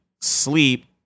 sleep